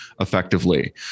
effectively